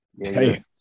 Hey